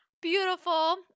beautiful